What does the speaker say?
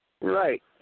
Right